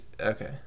okay